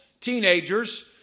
teenagers